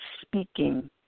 speaking